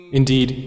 indeed